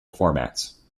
formats